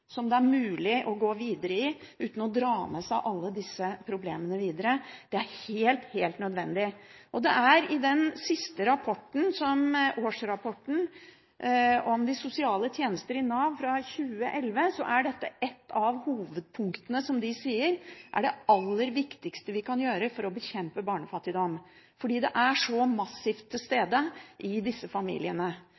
liv det er mulig å gå videre i uten å dra med seg alle disse problemene videre. Det er helt, helt nødvendig. I den siste årsrapporten om de sosiale tjenestene i Nav, fra 2011, er dette et av hovedpunktene de sier er det aller viktigste vi kan gjøre for å bekjempe barnefattigdom, fordi det er så massivt til